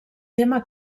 tema